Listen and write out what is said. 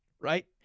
right